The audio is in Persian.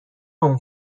اون